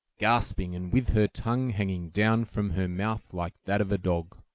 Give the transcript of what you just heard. gasping, and with her tongue hanging down from her mouth like that of a dog.